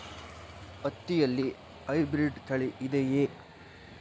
ಹತ್ತಿಯಲ್ಲಿ ಹೈಬ್ರಿಡ್ ತಳಿ ಇದೆಯೇ?